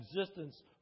existence